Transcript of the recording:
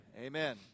amen